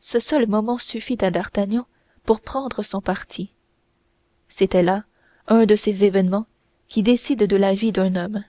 ce seul moment suffit à d'artagnan pour prendre son parti c'était là un de ces événements qui décident de la vie d'un homme